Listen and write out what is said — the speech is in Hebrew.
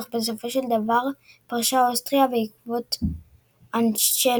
אך בסופו של דבר פרשה אוסטריה בעקבות האנשלוס.